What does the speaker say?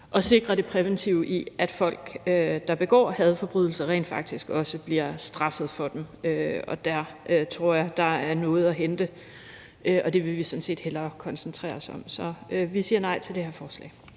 at sikre det præventive i, at folk, der begår hadforbrydelser, rent faktisk også bliver straffet for dem, og der tror jeg der er noget at hente. Det vil vi sådan set hellere koncentrere os om; så vi siger nej til det her forslag.